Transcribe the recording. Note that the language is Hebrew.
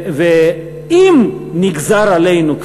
אם נגזר עלינו,